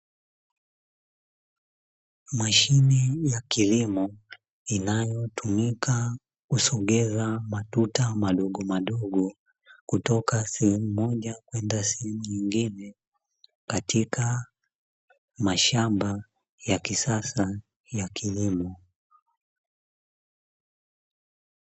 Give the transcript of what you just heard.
Mashine ya kilimo inayotumika kusogeza matuta madogo madogo kutoka sehemu moja kwenda sehemu nyingine, katika mashamba ya kisasa ya kilimo.